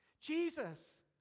Jesus